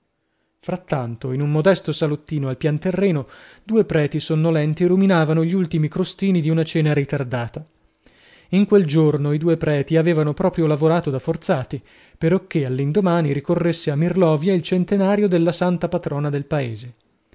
frattanto in un modesto salottino al pian terreno due preti sonnolenti ruminavano gli ultimi crostini di una cena ritardata in quel giorno i due preti avevan proprio lavorato da forzati perocchè all'indomani ricorresse a mirlovia il centenario della santa patrona del paese